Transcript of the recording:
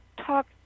talk